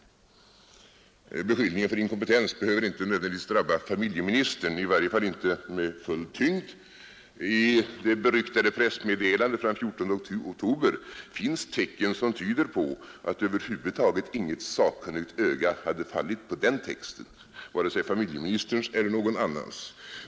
Beskyllningen för inkompetens behöver inte nödvändigtvis drabba familjeministern, i varje fall inte med full tyngd. I det beryktade pressmeddelandet av den 14 oktober finns tecken som tyder på att över huvud taget inget sakkunnigt öga hade fallit på den texten, varken familjeministerns eller någon annans.